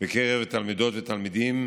בקרב תלמידות ותלמידים